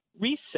reset